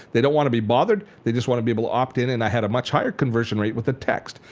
they don't want to be bothered. they just want to be able to opt-in and ahead of a much higher conversion rate with a text.